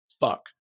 fuck